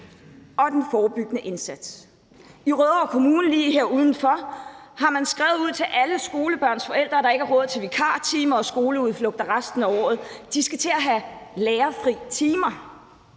og den forebyggende indsats.« I Rødovre Kommune, kort herfra, har man skrevet ud til alle skolebørns forældre, at der ikke er råd til vikartimer og skoleudflugter resten af året; de skal til at have lærerfri timer.